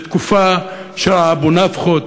זה תקופה של האבו-נפחות,